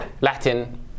Latin